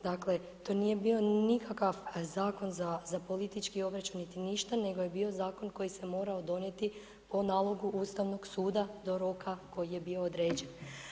Dakle, to nije bio nikakav zakon za politički proračun, niti ništa, nego je bio zakon koji se mora donijeti o nalogu Ustavnog suda, do roka koji je bio određen.